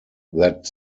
that